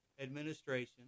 administration